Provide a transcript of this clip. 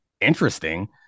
interesting